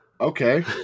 Okay